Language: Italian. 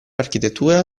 architettura